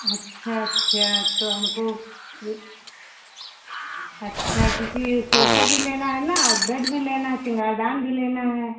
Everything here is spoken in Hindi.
अच्छा अच्छा तो हमको अच्छा है क्योंकि सोफा भी लेना है ना बेड भी लेना है सिंगारदान भी लेना है